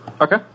Okay